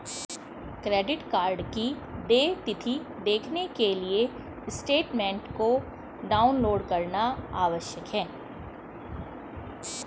credit card की देय तिथी देखने के लिए स्टेटमेंट को डाउनलोड करना आवश्यक है